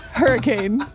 hurricane